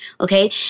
okay